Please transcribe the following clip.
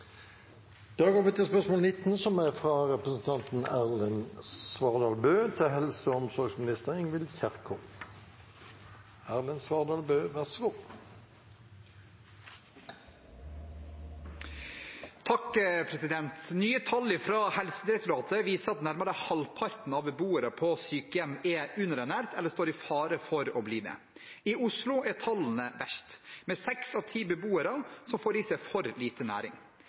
tall fra Helsedirektoratet viser at nærmere halvparten av beboere på sykehjem er underernært eller står i fare for å bli det. I Oslo er tallene verst, med seks av ti beboere som får i seg for lite næring.